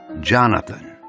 Jonathan